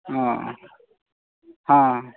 अच्छा अच्छा